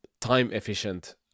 time-efficient